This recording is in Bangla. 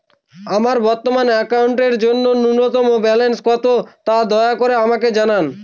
আমার বর্তমান অ্যাকাউন্টের জন্য ন্যূনতম ব্যালেন্স কত, তা দয়া করে আমাকে জানান